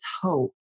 hope